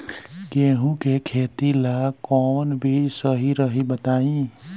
गेहूं के खेती ला कोवन बीज सही रही बताई?